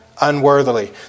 Unworthily